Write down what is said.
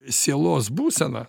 sielos būsena